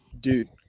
dude